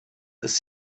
ist